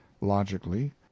logically